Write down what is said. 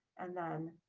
and then,